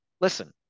listen